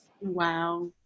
Wow